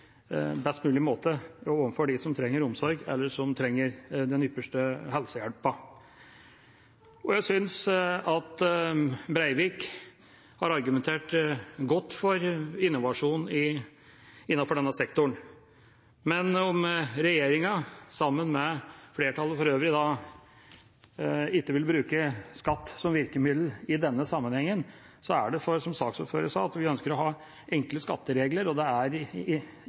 måte for både de som trenger omsorg, og de som trenger den ypperste helsehjelp. Jeg synes at Breivik har argumentert godt for innovasjon innenfor denne sektoren, men om regjeringa, sammen med flertallet for øvrig, ikke vil bruke skatt som virkemiddel i denne sammenhengen, er det – som saksordføreren sa – fordi vi ønsker å ha enkle skatteregler, og det er